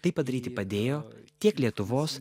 tai padaryti padėjo tiek lietuvos